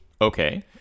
Okay